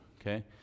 okay